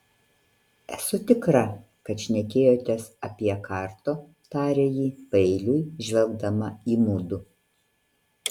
esu tikra kad šnekėjotės apie karto tarė ji paeiliui žvelgdama į mudu